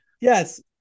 Yes